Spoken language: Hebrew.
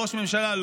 ראש ממשלה?